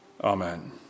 Amen